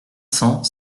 cent